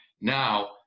Now